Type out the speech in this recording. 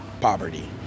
poverty